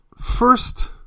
first